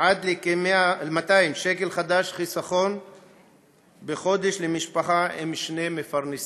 עד כ-200 ש"ח חיסכון בחודש למשפחה עם שני מפרנסים.